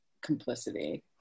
complicity